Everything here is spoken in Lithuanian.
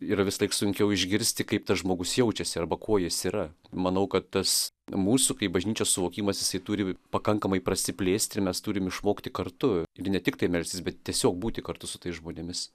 ir visąlaik sunkiau išgirsti kaip tas žmogus jaučiasi arba kuo jis yra manau kad tas mūsų kaip bažnyčios suvokimas jisai turi pakankamai prasiplėsti mes turim išmokti kartu ir ne tiktai melstis bet tiesiog būti kartu su tais žmonėmis